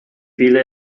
viele